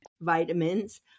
vitamins